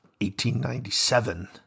1897